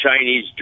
Chinese